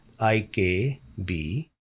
IKB